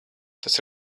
tas